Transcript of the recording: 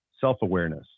Self-awareness